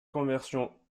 conversion